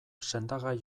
sendagai